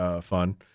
fun